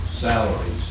salaries